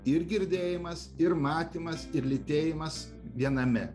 ir girdėjimas ir matymas ir lytėjimas viename